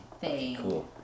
Cool